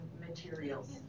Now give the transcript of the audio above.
materials